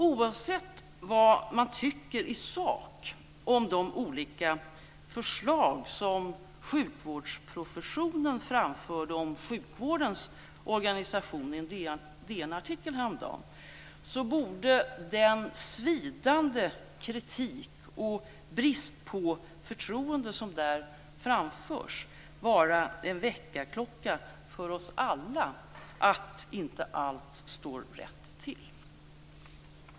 Oavsett vad man tycker i sak om de olika förslag som sjukvårdsprofessionen framför om sjukvårdens organisation i en DN-artikel häromdagen borde den svidande kritik och brist på förtroende som där framförs vara en väckarklocka för oss alla om att allt inte står rätt till.